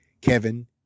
Kevin